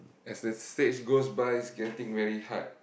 as a stages goes by getting very hard